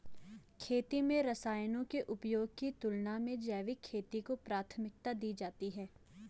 खेती में रसायनों के उपयोग की तुलना में जैविक खेती को प्राथमिकता दी जाती है